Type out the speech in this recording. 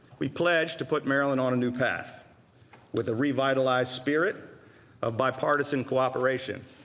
we pledged to put maryland on a new path with a revitalized spirit of bipartisan cooperation